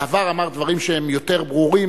בעבר אמר דברים שהם יותר ברורים.